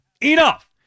Enough